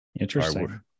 Interesting